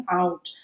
out